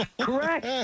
Correct